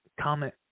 comment